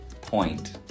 point